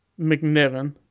McNiven